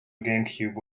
gamecube